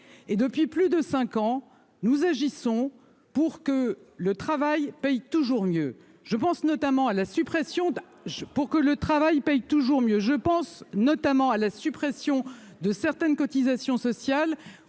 depuis plus de cinq ans, nous agissons pour que le travail paye toujours mieux. Je pense notamment à la suppression de certaines cotisations sociales